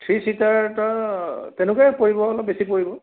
three ছিটাৰ ত তেনেকুৱাই পৰিব অলপ বেছি পৰিব